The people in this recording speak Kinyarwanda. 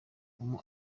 umu